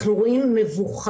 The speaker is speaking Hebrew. אנחנו רואים מבוכה,